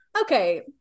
Okay